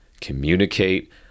communicate